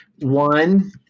one